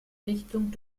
richtung